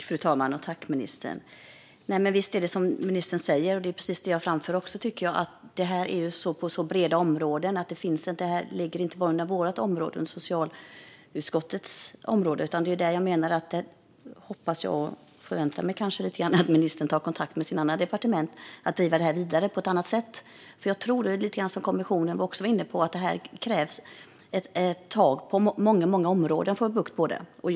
Fru talman! Visst är det som ministern säger. Det är precis det jag tycker att jag framför. Det är ett brett område, och detta hör inte bara till socialutskottets område. Jag hoppas och förväntar mig kanske lite grann att ministern tar kontakt med andra departement så att man driver det vidare på ett annat sätt. Jag tror nämligen att det är lite grann som kommissionen också var inne på: det krävs tag på många områden för att få bukt med det.